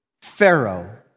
Pharaoh